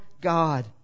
God